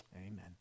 Amen